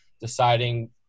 deciding